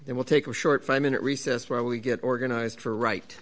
they will take a short five minute recess where we get organized for right